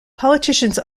politicians